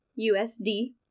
USD